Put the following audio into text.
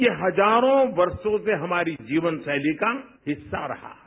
ये हजारों वर्षों से हमारी जीवन शैली का हिस्सा रहा है